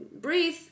breathe